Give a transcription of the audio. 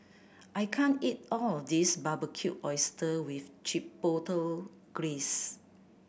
I can't eat all of this Barbecued Oyster with Chipotle Glaze